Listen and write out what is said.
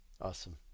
Awesome